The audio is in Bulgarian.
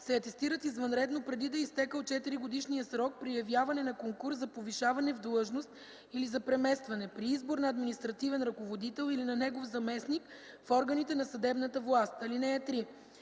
се атестират извънредно преди да е изтекъл четиригодишният срок при явяване на конкурс за повишаване в длъжност или за преместване, при избор на административен ръководител или на негов заместник в органите на съдебната власт. (3)